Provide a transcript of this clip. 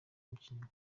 umukinnyi